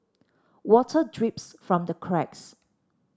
water drips from the cracks